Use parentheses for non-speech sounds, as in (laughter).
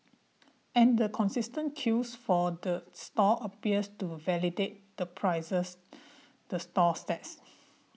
and the consistent queues for the stall appears to validate the prices (noise) the stall sets